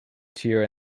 tier